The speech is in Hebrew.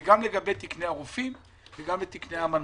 גם לגבי תקני הרופאים וגם לגבי תקני המנמ"ש.